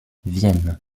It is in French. vienne